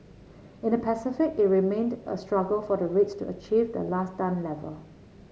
in the Pacific it remained a struggle for the rates to achieve the last done level